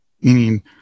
meaning